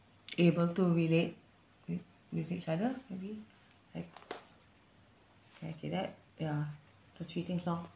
able to relate with with each other maybe like can I say that ya so three things loh